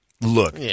Look